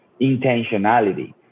Intentionality